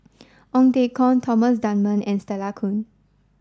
Ong Teng Koon Thomas Dunman and Stella Kon